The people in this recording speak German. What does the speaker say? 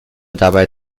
dabei